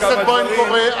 חבר הכנסת בוים קורא,